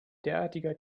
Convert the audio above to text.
derartiger